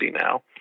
now